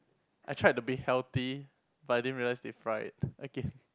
I tried to be healthy but I didn't realize they fry it okay